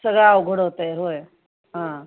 सगळं अवघड होतं आहे होय हां